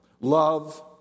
Love